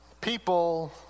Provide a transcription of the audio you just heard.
People